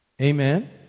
Amen